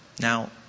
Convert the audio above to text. Now